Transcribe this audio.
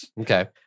Okay